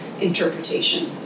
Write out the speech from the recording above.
interpretation